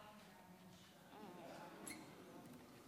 תודה.